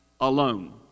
alone